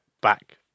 back